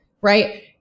right